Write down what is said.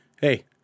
Hey